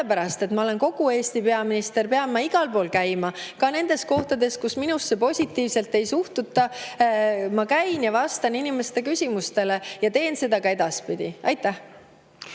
sellepärast, et ma olen kogu Eesti peaminister, pean ma igal pool käima, ka nendes kohtades, kus minusse positiivselt ei suhtuta. Ma käin ja vastan inimeste küsimustele ja teen seda ka edaspidi. Suur